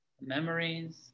memories